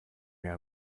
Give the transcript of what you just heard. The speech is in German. mir